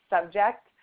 subject